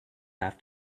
have